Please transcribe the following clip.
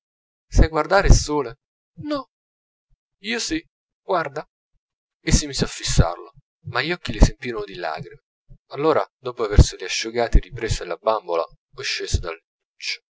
sai guardare il sole no io sì guarda e si mise a fissarlo ma gli occhi le si empirono di lagrime allora dopo averseli asciugati riprese la bambola o scese dal